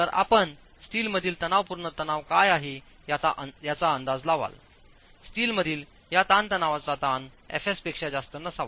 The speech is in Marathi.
तर आपण स्टीलमधील तणावपूर्ण तणाव काय आहे याचा अंदाज लावालस्टीलमधील या ताणतणावाचा ताण fs पेक्षा जास्त नसावा